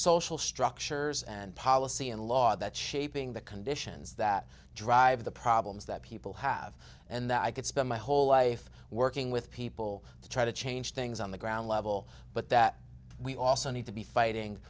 social structures and policy and law that shaping the conditions that drive the problems that people have and that i could spend my whole life working with people to try to change things on the ground level but that we also need to be fighting